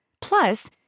Plus